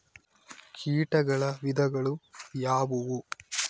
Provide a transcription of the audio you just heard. ಕೇಟಗಳ ವಿಧಗಳು ಯಾವುವು?